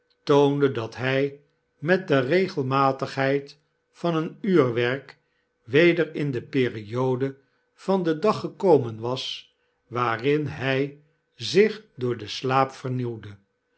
toonde dat hy met de regelmatigheid van een uurwerk weder in de periode van den dag gekomen was waarin hy zich door den slaap vernieuwde